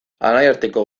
anaiarteko